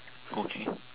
okay